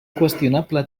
qüestionable